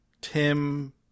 Tim